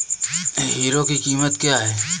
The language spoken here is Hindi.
हीरो की कीमत क्या है?